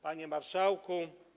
Panie Marszałku!